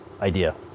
idea